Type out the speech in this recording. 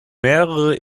mehrere